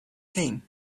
came